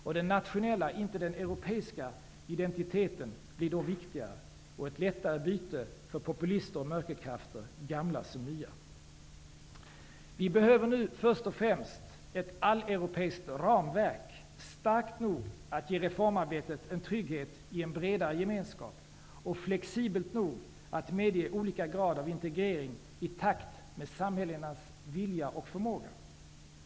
Och den nationella identiteten, inte den europeiska, blir då viktigare och människor ett lättare byte för populister och mörkerkrafter, gamla som nya. Vi behöver nu först och främst ett alleuropeiskt ramverk, starkt nog att ge reformarbetet en trygghet i en bredare gemenskap och flexibelt nog att medge olika grad av integrering i takt med samhällenas vilja och förmåga.